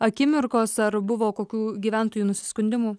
akimirkos ar buvo kokių gyventojų nusiskundimų